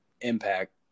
Impact